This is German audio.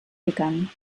gegangen